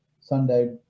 Sunday